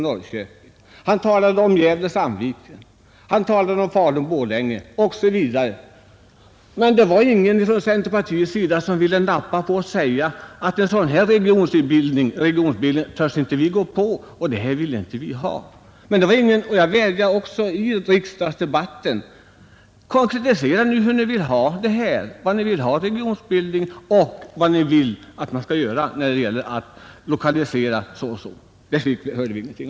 Där talades om Norrköping-Linköping, Gävle-Sandviken, Falun-Borlänge osv. Men ingen från centerpartiets sida ville säga att man inte vågade sig på en sådan regionsbildning. Jag vädjade i riksdagsdebatten: Konkretisera nu hurdan regionsbildning ni vill ha och vad ni vill att man skall göra när det gäller att lokalisera företag! Något besked på den punkten hörde vi inte av.